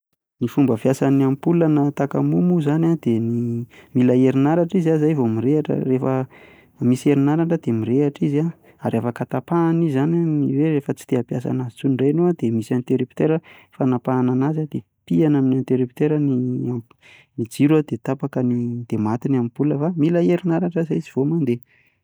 Ny fomba fiasan'ny ampola na takamoa moa izany an dia mila herinaratra izy an izay vao mirehitra. misy herinaratra dia mirehitra izy an ary afaka tapahana izy izany rehefa tsy te hampiasa azy tsony indray enao an dia misy interrupteur fanapahana an'azy an dia pihina amin'ny interrupteur ny jiro an dia maty ny ampola fa mila herinaratra zay izy vao mandeha.